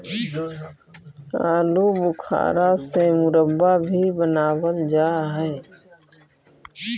आलू बुखारा से मुरब्बा भी बनाबल जा हई